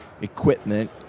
equipment